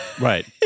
Right